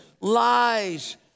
lies